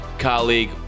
colleague